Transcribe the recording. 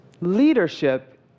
Leadership